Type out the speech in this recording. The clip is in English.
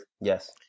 Yes